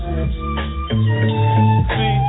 See